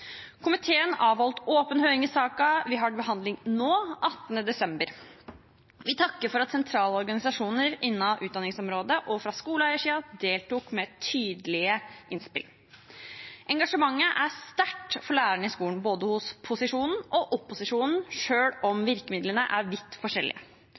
Komiteen avholdt åpen høring i saken vi nå har til behandling, 18. desember. Vi takker for at sentrale organisasjoner innen utdanningsområdet og fra skoleeiersiden deltok med tydelige innspill. Engasjementet for lærerne i skolen er sterkt, både hos posisjonen og hos opposisjonen,